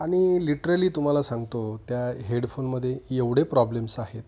आणि लिटरली तुम्हाला सांगतो त्या हेडफोनमध्ये एवढे प्रॉब्लेम्स आहेत